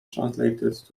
translated